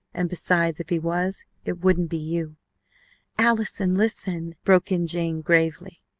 and besides, if he was, it wouldn't be you allison! listen! broke in jane gravely,